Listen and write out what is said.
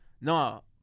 No